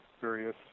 various